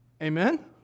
Amen